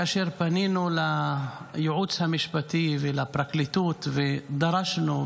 כאשר פנינו לייעוץ המשפטי ולפרקליטות ודרשנו,